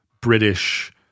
British